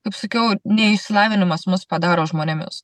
kaip sakiau ne išsilavinimas mus padaro žmonėmis